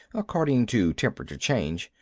according to temperature change.